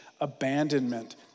abandonment